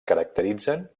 caracteritzen